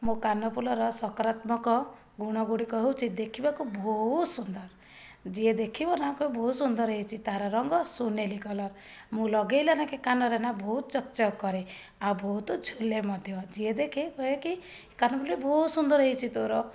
ମୋ କାନଫୁଲର ସକାରାତ୍ମକ ଗୁଣଗୁଡିକ ହେଉଛି ଦେଖିବାକୁ ବହୁତ ସୁନ୍ଦର ଯିଏ ଦେଖିବନା କହିବ ବହୁତ ସୁନ୍ଦର ହେଇଛି ତାର ରଙ୍ଗ ସୁନେଲି କଲର ମୁଁ ଲଗାଇଲା ନାଖେ କାନରେ ନା ବହୁତ ଚକଚକ କରେ ଆଉ ବହୁତ ଝୁଲେ ମଧ୍ୟ ଯିଏ ଦେଖେ କହେକି କାନଫୁଲ ବହୁତ ସୁନ୍ଦର ହେଇଛି ତୋର